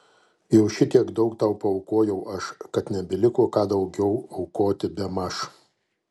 jau šitiek daug tau paaukojau aš kad nebeliko ką daugiau aukoti bemaž